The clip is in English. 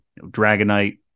Dragonite